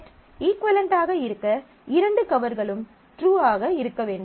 set இஃக்குவளென்ட்டாக இருக்க இரண்டு கவர்களும் ட்ரு ஆக இருக்க வேண்டும்